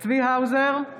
צבי האוזר,